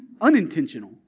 unintentional